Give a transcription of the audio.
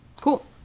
cool